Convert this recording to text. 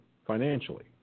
financially